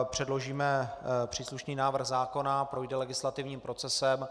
Předložíme příslušný návrh zákona, projde legislativním procesem.